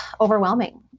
overwhelming